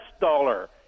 dollar